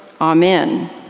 Amen